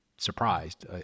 surprised